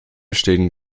stehen